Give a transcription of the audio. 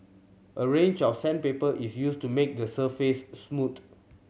a range of sandpaper is used to make the surface smooth